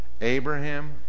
Abraham